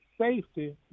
safety